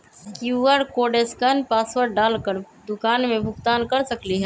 QR code scan password डाल कर दुकान में भुगतान कर सकलीहल?